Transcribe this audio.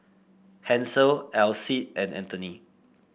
Hansel Alcide and Anthony